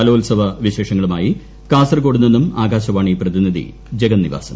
കലോൽസവം വിശേഷങ്ങളുമായി കാസർകോട് നിന്നും ആകാശവാണി പ്രതിനിധി ജഗന്നിവാസൻ